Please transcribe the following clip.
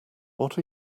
what